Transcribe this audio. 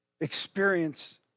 experience